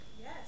Yes